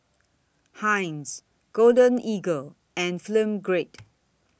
Heinz Golden Eagle and Film Grade